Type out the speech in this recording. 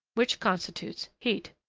which constitutes heat.